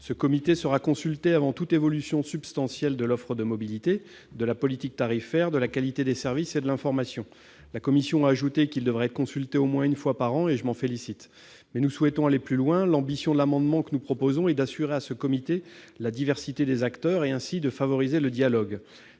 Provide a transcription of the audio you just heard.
Ce comité sera consulté avant toute évolution substantielle de l'offre de mobilité, de la politique tarifaire, de la qualité des services et de l'information. La commission a ajouté qu'il devra être consulté au moins une fois par an, ce dont je me félicite. Mais nous souhaitons aller plus loin : notre ambition est, en présentant cet amendement, d'assurer la diversité des acteurs composant ce comité et, ainsi, de favoriser le dialogue.